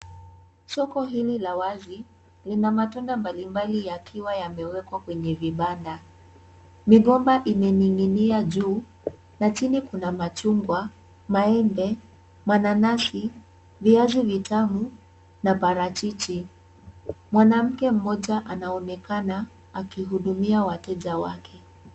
Soko hili la wazi lina matunda mbalimbali yakiwa yamewekwa kwenye vibanda. Migomba imening'inia juu na chini kuna machungwa, maembe, mananasi, viazi vitamu na parachichi. Mwanamke mmoja anaonekana akihudumia wateja wake.